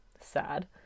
sad